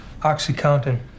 OxyContin